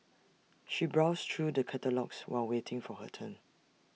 she browsed through the catalogues while waiting for her turn